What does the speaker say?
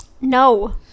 No